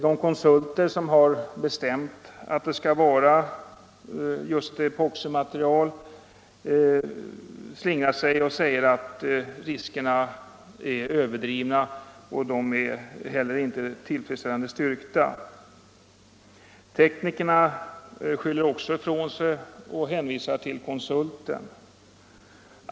De konsulter som har bestämt att det skall vara just epoximaterial slingrar sig och säger att riskerna är överdrivna, och dessutom är de inte tillfredsställande styrkta. Och teknikerna skyller ifrån sig och hänvisar till konsulten.